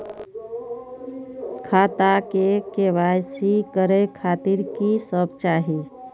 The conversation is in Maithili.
खाता के के.वाई.सी करे खातिर की सब चाही?